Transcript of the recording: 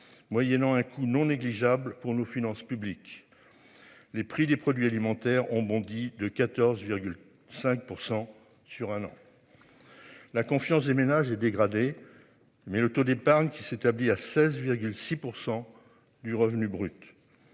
moyennant un coût non négligeable pour nos finances publiques. Les prix des produits alimentaires ont bondi de 14. 5 % sur un an. La confiance des ménages est dégradée. Mais le taux d'épargne qui s'établit à 16,6% du revenu brut.